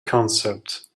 concept